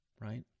right